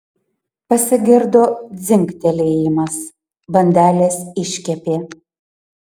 pasigirdo dzingtelėjimas bandelės iškepė